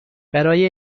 برای